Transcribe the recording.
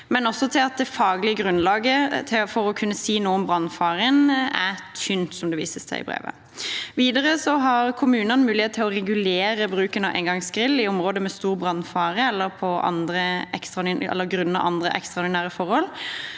men også at det faglige grunnlaget for å kunne si noe om brannfaren er tynt. Videre har kommunene mulighet til å regulere bruken av engangsgrill i områder med stor brannfare eller grunnet andre ekstraordinære forhold,